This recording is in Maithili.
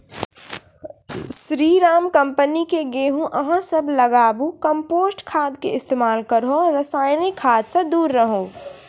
स्री राम कम्पनी के गेहूँ अहाँ सब लगाबु कम्पोस्ट खाद के इस्तेमाल करहो रासायनिक खाद से दूर रहूँ?